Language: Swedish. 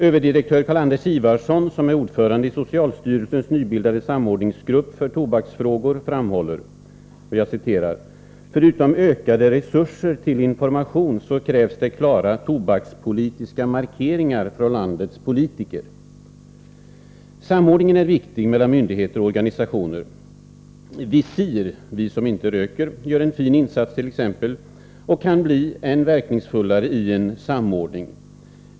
Överdirektör Carl-Anders Ifvarsson, som är ordförande i socialstyrelsens nybildade samordningsgrupp för tobaksfrågor, framhåller: ”Förutom ökade resurser till information så krävs det klara tobakspolitiska markeringar från landets politiker.” Samordningen mellan myndigheter och organisationer är viktig. Visir — Vi som inte röker — gör t.ex. en fin insats och kan bli än verkningsfullare genom en samordning.